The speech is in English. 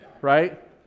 Right